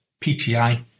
PTI